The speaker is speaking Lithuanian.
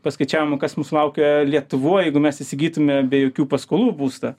paskaičiavome kas mūsų laukia lietuvoj jeigu mes įsigytume be jokių paskolų būstą